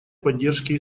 поддержке